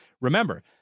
remember